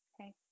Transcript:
Okay